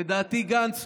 לדעתי גנץ,